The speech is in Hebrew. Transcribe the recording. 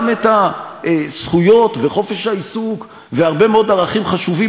גם את הזכויות וחופש העיסוק והרבה מאוד ערכים חשובים